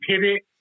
pivot